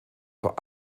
vor